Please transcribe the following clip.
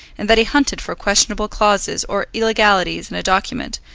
and that he hunted for questionable clauses or illegalities in a document,